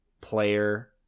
player